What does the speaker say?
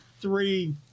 three